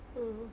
ah